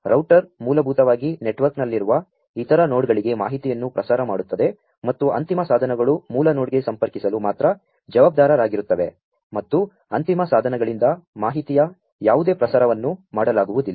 ರೌ ಟರ್ ಮೂ ಲಭೂ ತವಾ ಗಿ ನೆಟ್ವರ್ಕ್ ನಲ್ಲಿರು ವ ಇತರ ನೋ ಡ್ಗಳಿಗೆ ಮಾ ಹಿತಿಯನ್ನು ಪ್ರಸಾ ರ ಮಾ ಡು ತ್ತದೆ ಮತ್ತು ಅಂ ತಿಮ ಸಾ ಧನಗಳು ಮೂ ಲ ನೋ ಡ್ಗೆ ಸಂ ಪರ್ಕಿ ಸಲು ಮಾ ತ್ರ ಜವಾ ಬ್ದಾ ರರಾ ಗಿರು ತ್ತವೆ ಮತ್ತು ಅಂ ತಿಮ ಸಾ ಧನಗಳಿಂ ದ ಮಾ ಹಿತಿಯ ಯಾ ವು ದೇ ಪ್ರಸಾ ರವನ್ನು ಮಾ ಡಲಾ ಗು ವು ದಿಲ್ಲ